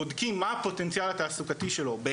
בודקים מה הפוטנציאל התעסוקתי שלו,